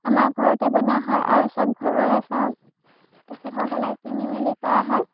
আমাৰ ঘৰতে বনোৱা হয় আৰু চব ঘৰৰে চাউল তেখেতসকলে কিনি মেলি কৰা হয়